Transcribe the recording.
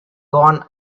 gone